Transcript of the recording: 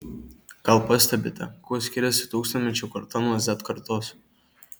gal pastebite kuo skiriasi tūkstantmečio karta nuo z kartos